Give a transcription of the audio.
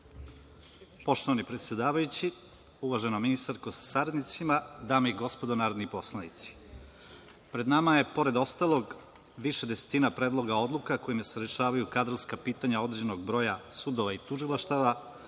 Poštovani predsedavajući, uvaženo ministarko sa saradnicima, dame i gospodo narodni poslanici, pred nama je pored ostalog više desetina predloga kojima se rešavaju kadrovska pitanja određenog broja sudova i tužilaštava,